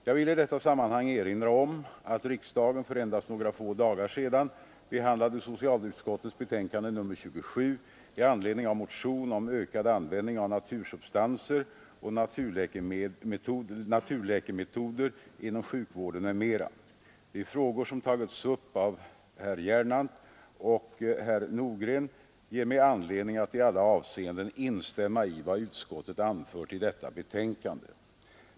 Jag vill i detta sammanhang erinra om att riksdagen för endast några dagar sedan behandlade socialutskottets betänkande nr 27 i anledning av motion om ökad användning av natursubstanser och naturläkemetoder inom sjukvården m.m. De frågor som tagits upp av herr Gernandt och herr Nordgren ger mig anledning att i alla avseenden instämma i vad utskottet anfört i detta betänkande.